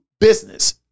business